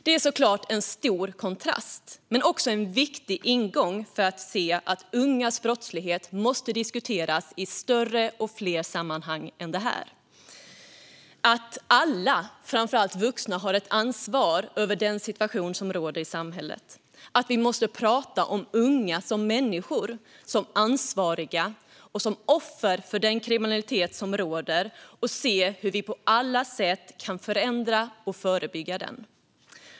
Det är såklart en stor kontrast, men det är också en viktig ingång för att se att ungas brottslighet måste diskuteras i större och fler sammanhang än detta. Alla, framför allt vuxna, har ett ansvar för den situation som råder i samhället. Vi måste prata om unga som människor, som ansvariga och som offer för den kriminalitet som råder och se hur vi på alla sätt kan förändra och förebygga den.